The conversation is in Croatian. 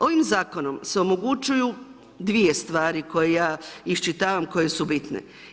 Ovim zakonom se omogućuju dvije stvari koje ja iščitavam koje su bitne.